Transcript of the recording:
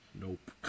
Nope